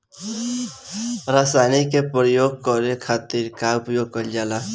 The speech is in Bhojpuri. रसायनिक के प्रयोग करे खातिर का उपयोग कईल जाला?